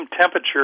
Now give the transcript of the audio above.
temperature